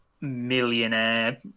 millionaire